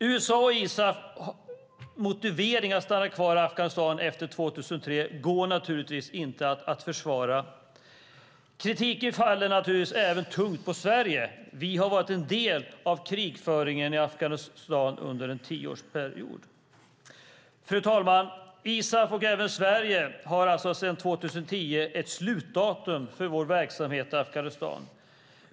USA:s och ISAF:s motivering för att stanna kvar i Afghanistan efter 2003 går inte att försvara. Kritiken faller naturligtvis även tungt på Sverige. Vi har varit en del av krigföringen i Afghanistan under en tioårsperiod. Fru talman! ISAF och även Sverige har alltså sedan 2010 ett slutdatum för vår verksamhet i Afghanistan.